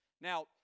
Now